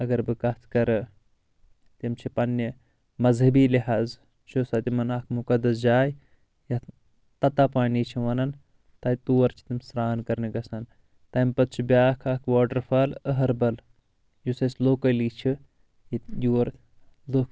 اگر بہٕ کتھ کرٕ تِم چھِ پننہِ مذہبی لحاظہٕ چھِ سۄ تِمن اکھ مقدس جاے یتھ تتا پانی چھِ ونان تہ تور چھِ تِم سرٛان کرنہِ گژھان تمہِ پتہٕ چھ بیٚاکھ اکھ واٹر فال أہربل یُس اسہِ لوکلی چھ ییٚتہِ یور لُکھ